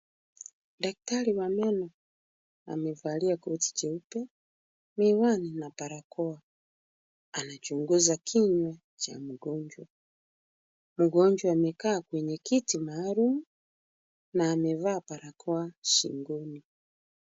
Daktari wa meno amevalia koti jeupe, miwani na barakoa. Anachunguza kinywa cha mgonjwa. Mgonjwa amekaa kwenye kiti maalum na amevaa barakoa shingoni.